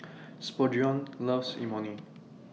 Spurgeon loves Imoni